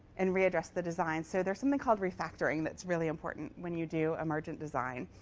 and readdress the design. so there's something called refactoring that's really important when you do emergent design.